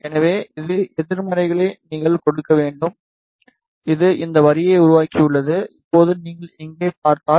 எனவே இது எதிர்மறையை நீங்கள் கொடுக்க வேண்டும் இது இந்த வரியை உருவாக்கியுள்ளது இப்போது நீங்கள் இங்கே பார்த்தால்